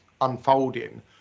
unfolding